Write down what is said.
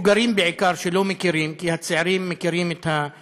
העליון: פסק-דין המכיר בעוולת סרבנות הגט כהפרת